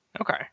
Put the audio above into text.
Okay